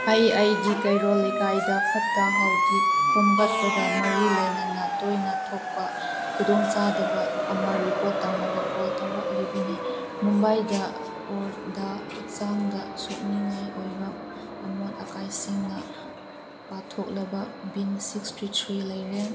ꯑꯩ ꯑꯩꯒꯤ ꯀꯩꯔꯣꯜ ꯂꯩꯀꯥꯏꯗ ꯐꯠꯇ ꯍꯥꯎꯗꯤ ꯈꯣꯝꯒꯠꯄꯒ ꯃꯔꯤ ꯂꯩꯅꯅ ꯇꯣꯏꯅ ꯊꯣꯛꯄ ꯈꯤꯗꯣꯡ ꯆꯥꯗꯕ ꯑꯃ ꯔꯤꯄꯣꯔꯠ ꯇꯧꯅꯕ ꯀꯣꯜ ꯇꯧꯔꯛꯂꯤꯕꯅꯤ ꯃꯨꯝꯕꯥꯏꯗ ꯑꯣꯔꯗ ꯍꯛꯆꯥꯡꯗ ꯁꯣꯛꯅꯤꯡꯉꯥꯏ ꯑꯣꯏꯕ ꯑꯃꯣꯠ ꯑꯀꯥꯏꯁꯤꯡꯅ ꯄꯥꯊꯣꯛꯂꯕ ꯕꯤꯟ ꯁꯤꯛꯁꯇꯤ ꯊ꯭ꯔꯤ ꯂꯩꯔꯦ